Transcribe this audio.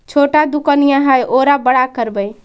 छोटा दोकनिया है ओरा बड़ा करवै?